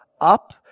up